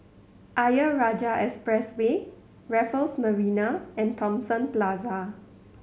Ayer Rajah Expressway Raffles Marina and Thomson Plaza